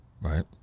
right